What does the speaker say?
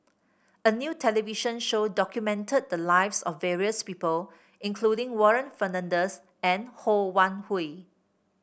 a new television show documented the lives of various people including Warren Fernandez and Ho Wan Hui